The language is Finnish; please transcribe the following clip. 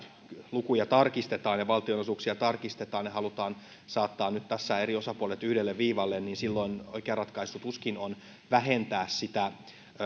lukuja tarkistetaan ja valtionosuuksia tarkistetaan ja halutaan saattaa nyt tässä eri osapuolet yhdelle viivalle silloin oikea ratkaisu tuskin on vähentää sitä